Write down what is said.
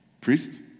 Priest